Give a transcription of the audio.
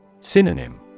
Synonym